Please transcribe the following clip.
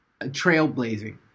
trailblazing